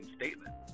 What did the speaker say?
statement